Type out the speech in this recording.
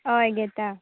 होय घेता